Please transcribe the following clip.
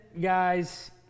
guys